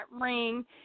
ring